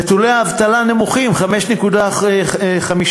נתוני האבטלה נמוכים, 5.8%,